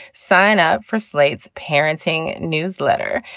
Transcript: sign up for slate's parenting newsletter.